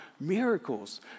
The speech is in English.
Miracles